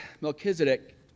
Melchizedek